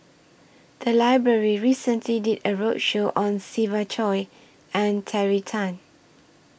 The Library recently did A roadshow on Siva Choy and Terry Tan